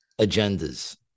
agendas